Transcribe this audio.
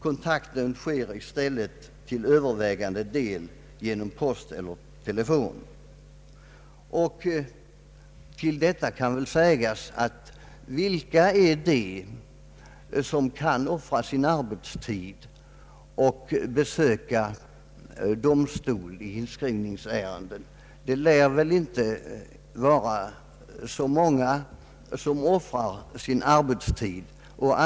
Kontakten sker i stället till övervägande del genom post eller telefon. Vilka är för övrigt de som kan offra sin arbetstid och besöka domstol i inskrivningsärenden? Det lär väl inte vara så många som offrar sin arbetstid.